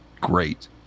great